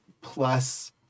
plus